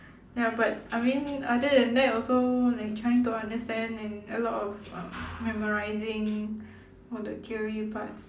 ya but I mean other than that also like trying to understand and a lot of uh memorizing all the theory parts